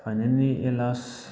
finally at last